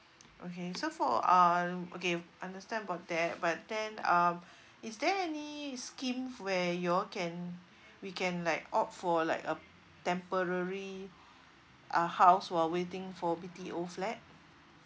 okay so for uh okay understand about that but then uh is there any schemes where y'all can we can like opt for like a temporary uh house while waiting for B_T_O flat